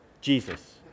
Jesus